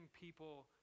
people